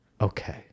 Okay